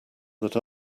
that